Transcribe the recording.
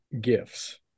gifts